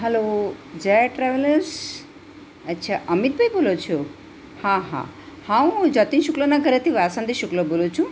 hello Jaya travellers અચ્છા અમિત ભાઈ બોલો છો હા હા હા હું જતીન શુક્લાના ઘરેથી વાસંદી શુક્લા બોલું છું